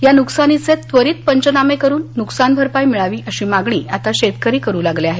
या नुकसानीये त्वरित पंचनामे करून नुकसान भरपाई मिळावी अशी मागणी आता शेतकरी करू लागले आहेत